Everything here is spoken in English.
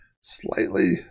slightly